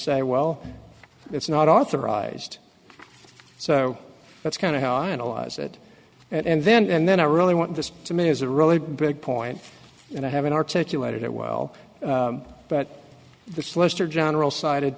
say well it's not authorized so that's kind of how i analyze it and then and then i really want this to me is a really big point and i haven't articulated it well but the solicitor general sided